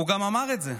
הוא גם אמר את זה.